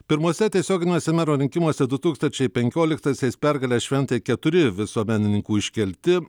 pirmuose tiesioginiuose mero rinkimuose du tūkstančiai penkioliktaisiais pergales šventė keturi visuomenininkų iškelti